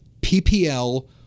PPL